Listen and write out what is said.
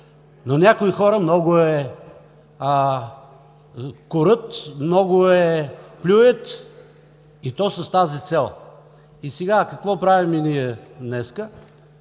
Но някои хора много я корят, много я плюят и то с тази цел. И сега какво правим ние днес?